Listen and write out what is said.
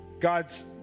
God's